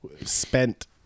Spent